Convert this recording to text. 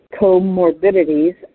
comorbidities